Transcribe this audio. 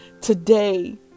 today